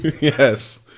Yes